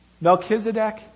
Melchizedek